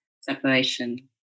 separation